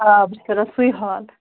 آ بہٕ چھُس وَنان سُے ہال